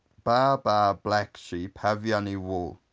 baa baa black sheep have you any wool?